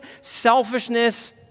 selfishness